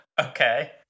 Okay